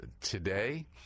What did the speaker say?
today